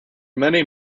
many